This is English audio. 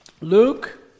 Luke